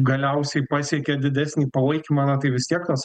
galiausiai pasiekė didesnį palaikymą na tai vis tiek tas